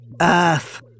Earth